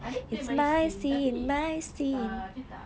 ada play my scene tapi dia tak